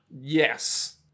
yes